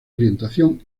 orientación